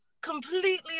completely